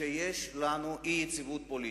שיש לנו אי-יציבות פוליטית.